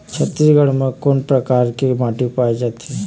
छत्तीसगढ़ म कोन कौन प्रकार के माटी पाए जाथे?